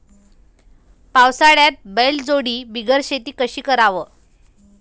पावसाळ्यात बैलजोडी बिगर शेती कशी कराव?